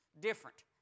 different